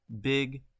big